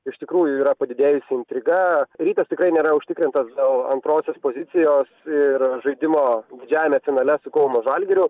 iš tikrųjų yra padidėjusi intriga rytas tikrai nėra užtikrintas dėl antrosios pozicijos ir žaidimo didžiajame finale su kauno žalgiriu